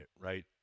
right